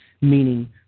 meaning